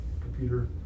computer